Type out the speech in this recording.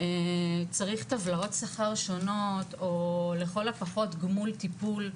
צריך טבלאות שכר שונות או לכל הפחות גמול טיפול,